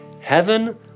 Heaven